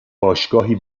باشگاهی